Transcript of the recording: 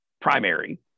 primary